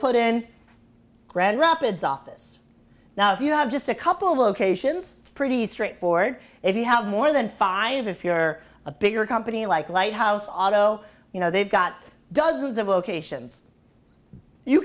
put in grand rapids office now if you have just a couple of locations it's pretty straightforward if you have more than five if you're a bigger company like lighthouse auto you know they've got dozens of